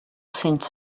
cents